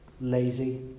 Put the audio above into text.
lazy